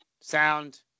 sound